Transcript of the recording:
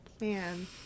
man